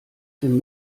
dem